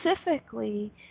specifically